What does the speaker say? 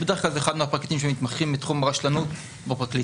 בדרך כלל זה אחד מהפרקליטים שמתמחים בתחום רשלנות בפרקליטות.